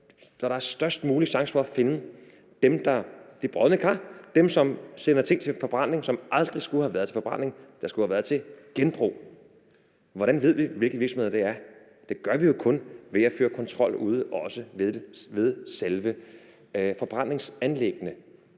når der størst mulig chance for at finde dem, der er de brodne kar, altså dem, der sender ting til forbrænding, som aldrig skulle have været til forbrænding, men skulle have været til genbrug. Hvordan ved vi, hvilke virksomheder det er? Det gør vi jo kun ved at føre kontrol ude ved selve forbrændingsanlæggene.